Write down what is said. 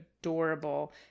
adorable